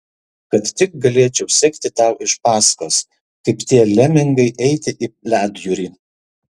kad tik galėčiau sekti tau iš paskos kaip tie lemingai eiti į ledjūrį